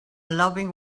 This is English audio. loving